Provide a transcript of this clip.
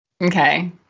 Okay